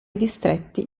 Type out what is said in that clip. distretti